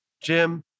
Jim